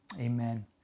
amen